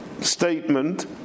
statement